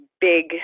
big